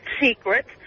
secrets